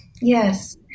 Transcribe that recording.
yes